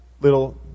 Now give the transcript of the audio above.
little